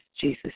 Jesus